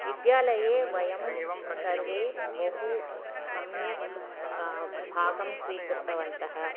विद्यालये वयं सर्वे बहु सम्यक् भागं स्वीकृतवन्तः